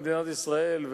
במדינת ישראל,